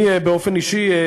אני, באופן אישי,